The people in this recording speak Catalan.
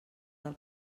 del